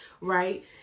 right